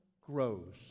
grows